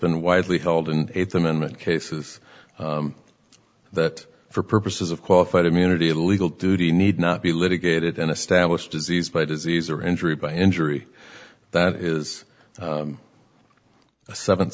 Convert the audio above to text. been widely held in eighth amendment cases that for purposes of qualified immunity a legal duty need not be litigated in established disease by disease or injury by injury that is a seven